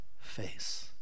face